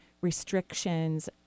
restrictions